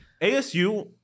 ASU